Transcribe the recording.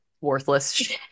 Worthless